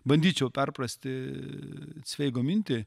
bandyčiau perprasti cveigo mintį